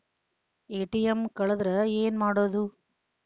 ATM ಕಳದ್ರ ಏನು ಮಾಡೋದು?